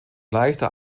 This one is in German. leichter